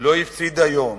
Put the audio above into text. ולא הפסידה יום.